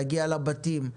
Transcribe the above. להגיע לבתים.